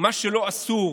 מה שלא אסור